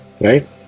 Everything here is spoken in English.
Right